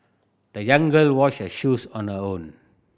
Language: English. the young girl washed her shoes on her own